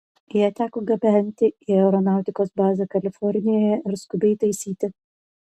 ją teko gabenti į aeronautikos bazę kalifornijoje ir skubiai taisyti